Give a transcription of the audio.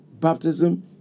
baptism